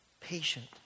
Patient